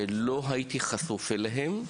שלא הייתי חשוף אליהם,